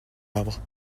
arbres